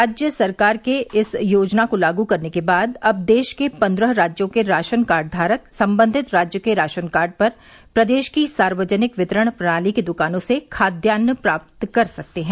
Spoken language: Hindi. राज्य सरकार के इस योजना को लागू करने के बाद अब देश के पन्द्रह राज्यों के राशन कार्डधारक सम्बंधित राज्य के राशन कार्ड पर प्रदेश की सार्वजनिक वितरण प्रणाली की दुकानों से खाद्यान्न प्राप्त कर सकते हैं